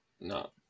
No